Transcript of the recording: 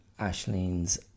Ashleen's